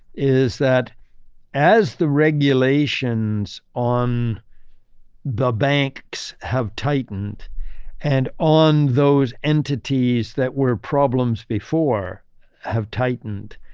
is that as the regulations on the banks have tightened and on those entities that were problems before have tightened,